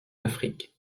affrique